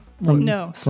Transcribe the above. No